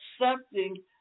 accepting